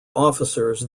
officers